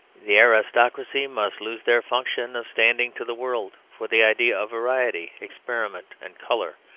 the aristocracy must lose their function of standing to the world for the idea of variety, experiment, and colour,